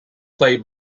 play